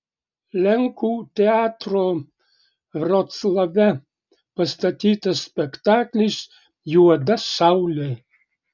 lenkų teatro vroclave pastatytas spektaklis juoda saulė